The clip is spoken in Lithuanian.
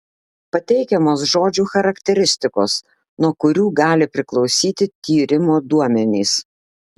pateikiamos žodžių charakteristikos nuo kurių gali priklausyti tyrimo duomenys